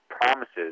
promises